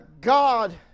God